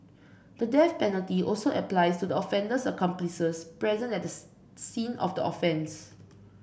the death penalty also applies to the offender's accomplices present at the scene of the offence